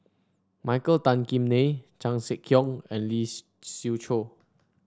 Michael Tan Kim Nei Chan Sek Keong and Lee Sie Siew Choh